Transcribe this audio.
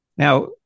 Now